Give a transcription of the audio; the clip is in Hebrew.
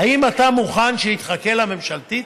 האם אתה מוכן שהיא תחכה לממשלתית?